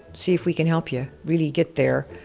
see if we can help you really get there.